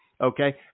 Okay